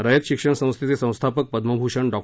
रयत शिक्षण संस्थेचे संस्थापक पद्मभूषण डॉ